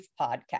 podcast